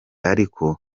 ariko